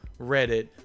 reddit